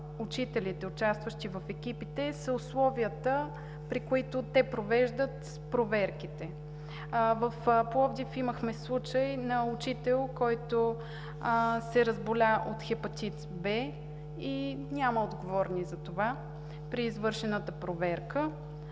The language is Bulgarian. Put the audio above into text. учителите, участващи в екипите, са условията, при които те провеждат проверките. В Пловдив имахме случай на учител, който се разболя от хепатит Б и няма отговорни за това при извършената проверка,